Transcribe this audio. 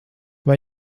vai